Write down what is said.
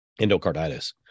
endocarditis